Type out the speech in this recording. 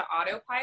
autopilot